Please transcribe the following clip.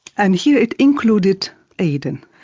and here it included aden.